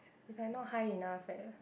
is like not high enough leh